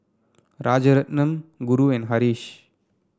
Rajaratnam Guru and Haresh